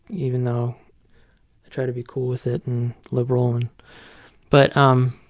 even though i try to be cool with it and liberal. and but um